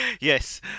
Yes